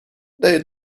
they